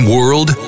World